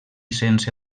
sense